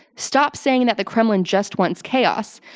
stop saying that the kremlin just wants chaos.